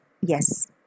yes